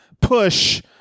push